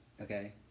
okay